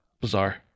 Bizarre